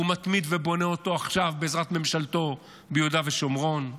הוא מתמיד ובונה אותו עכשיו בעזרת ממשלתו ביהודה ושומרון.